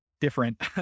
different